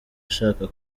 ashaka